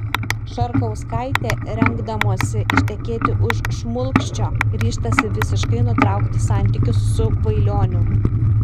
šarkauskaitė rengdamosi ištekėti už šmulkščio ryžtasi visiškai nutraukti santykius su vailioniu